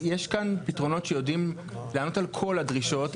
יש כאן פתרונות שיודעים לענות על כל הדרישות,